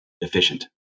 efficient